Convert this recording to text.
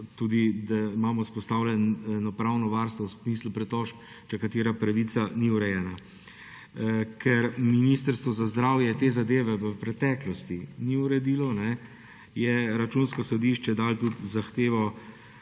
sam, da imamo vzpostavljeno pravno varstvo v smislu pritožb, če katera pravica ni urejena. Ker Ministrstvo za zdravje te zadeve v preteklosti ni uredilo, je Računsko sodišče dalo tudi zahtevo